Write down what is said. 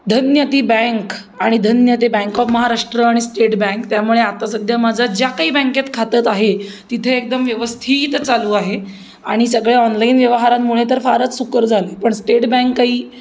धन्य ती बँक आणि धन्य ते बँक ऑफ महाराष्ट्र आणि स्टेट बँक त्यामुळे आता सध्या माझ्या ज्या काही बँकेत खातं आहे तिथे एकदम व्यवस्थित चालू आहे आणि सगळ्या ऑनलाईन व्यवहारांमुळे तर फारच सुकर झालं पण स्टेट बँक काही